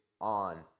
on